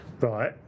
Right